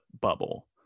bubble